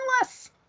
endless